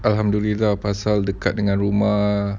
alhamdulillah pasal dekat dengan rumah